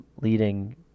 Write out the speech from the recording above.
leading